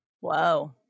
Whoa